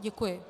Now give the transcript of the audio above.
Děkuji.